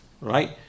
right